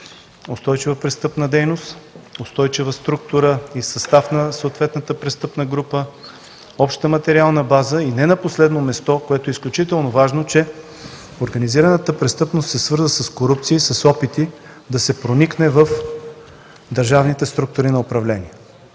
устойчива престъпна дейност, устойчива структура и състав на съответната престъпна група, обща материална база и не на последно място, което е изключително важно, че организираната престъпност се свързва с корупция и с опити да се проникне в държавните структури на управление.